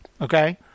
Okay